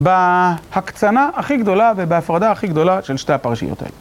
בהקצנה הכי גדולה ובהפרדה הכי גדולה של שתי הפרשיות האלה.